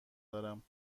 دارم